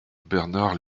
bernard